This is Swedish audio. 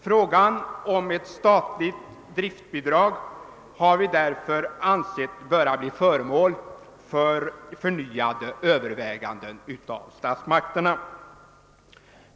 Frågan om ett statligt driftbidrag har vi därför ansett böra bli föremål för överväganden av statsmakterna.